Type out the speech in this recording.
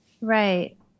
Right